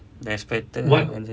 the expected